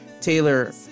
Taylor